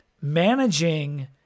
managing